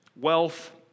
wealth